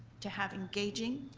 to have engaging,